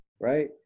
right